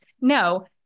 No